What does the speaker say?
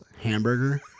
hamburger